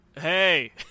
hey